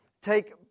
take